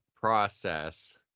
process